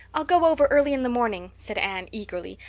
i'll go over early in the morning, said anne eagerly.